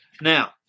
Now